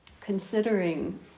considering